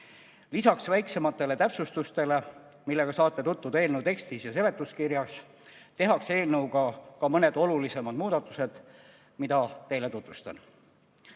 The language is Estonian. Lisaks väiksematele täpsustustele, millega saate tutvuda eelnõu tekstis ja seletuskirjas, tehakse eelnõu kohaselt ka mõned olulisemad muudatused, mida teile tutvustan.